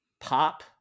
pop